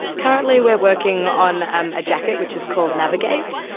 currently we're working on a jacket which is called navigate.